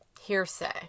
hearsay